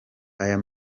aya